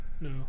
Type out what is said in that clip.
No